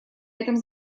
этом